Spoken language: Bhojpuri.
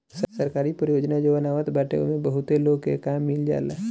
सरकारी परियोजना जवन आवत बाटे ओमे बहुते लोग के काम मिल जाला